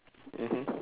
mmhmm